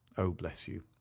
oh, bless you,